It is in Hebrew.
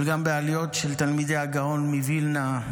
אבל גם בעליות של תלמידי הגאון מווילנה,